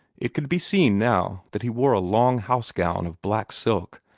it could be seen now that he wore a long house-gown of black silk,